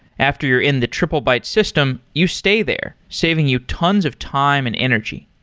after you're in the triplebyte system, you stay there, saving you tons of time and energy.